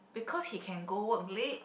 because he can go work late